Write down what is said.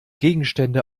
gegenstände